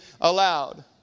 aloud